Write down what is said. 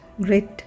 great